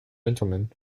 gentleman